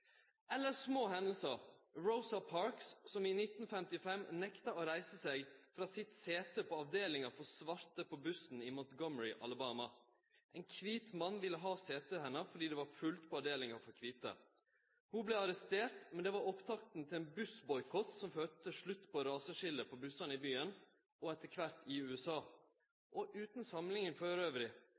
små hendingar, som Rosa Parks som i 1955 nekta å reise seg frå setet sitt på avdelinga for svarte på bussen i Montgomery, Alabama. Ein kvit mann ville ha setet hennar fordi det var fullt på avdelinga for kvite. Ho vart arrestert, men det var opptakta til ein bussboikott som førte til slutten på raseskiljet på bussane i byen, og etter kvart i USA. Utan